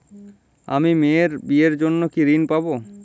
আমি মেয়ের বিয়ের জন্য কি ঋণ পাবো?